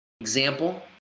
example